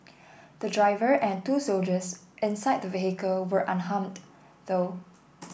the driver and two soldiers inside the vehicle were unharmed though